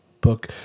book